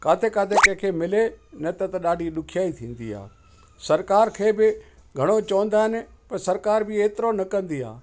किथे किथे कंहिंखे मिले न त त ॾाढी ॾुखयाई थींदी आहे सरकार खे बि घणो चवंदा आहिनि पर सरकार बि एतिरो न कंदी आहे